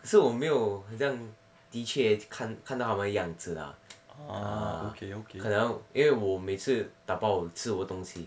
可是我没有好像的确看看到他们样子啦 ah 可能因为我每次打包吃我的东西